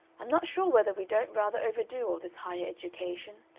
i'm not sure whether we don't rather overdo all this higher education,